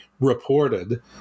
reported